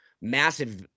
massive